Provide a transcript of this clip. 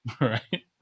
Right